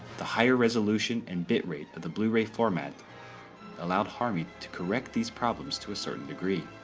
the higher resolution and bitrate of the blu-ray format allowed harmy to correct these problems to a certain degree.